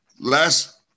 last